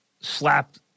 slapped